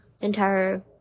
entire